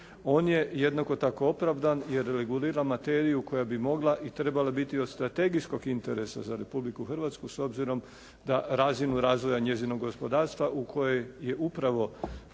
On je jednako tako opravdan jer regulira materiju koja bi mogla i trebala biti od strategijskog interesa za Republiku Hrvatsku s obzirom da razinu razvoja njezinog gospodarstva u kojoj je upravo